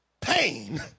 pain